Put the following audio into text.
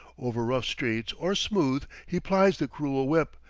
over rough streets or smooth he plies the cruel whip,